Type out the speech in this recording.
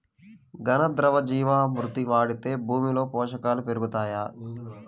ఘన, ద్రవ జీవా మృతి వాడితే భూమిలో పోషకాలు పెరుగుతాయా?